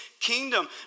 kingdom